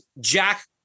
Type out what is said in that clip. Jack